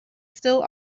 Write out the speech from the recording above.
still